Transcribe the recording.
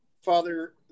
Father